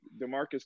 DeMarcus